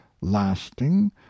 lasting